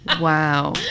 Wow